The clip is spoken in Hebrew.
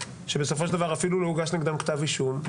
שבסופו של דבר אפילו לא הוגש נגדם כתב אישום.